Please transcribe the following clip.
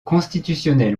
constitutionnel